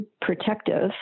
protective